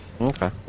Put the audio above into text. Okay